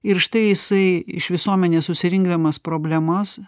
ir štai jisai iš visuomenės susirinkdamas problemas